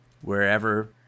wherever